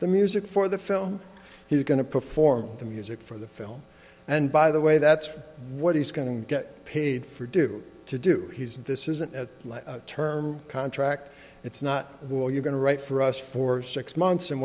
the music for the film he's going to perform the music for the film and by the way that's what he's going to get paid for do to do he's this isn't a term contract it's not will you're going to write for us for six months